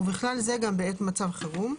ובכלל זה גם בעת מצב חירום.